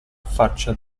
faccia